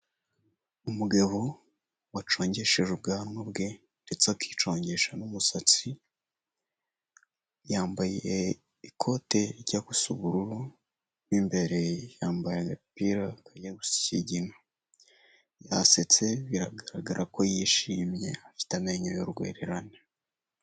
Umugabo wacongesheje ubwanwa bwe ndetse akicongesha n'umusatsi, yambaye ikote rijya gusa ubururu, mo imbere yambaye agapira kajya gusa ikigina, yasetse biragaragara ko yishimye, afite amenyo y'urwererane.